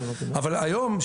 אבל היום,